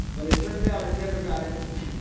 but it turned out it never got implemented.